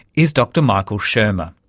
is dr michael shermer,